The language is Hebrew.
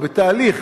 הוא בתהליך.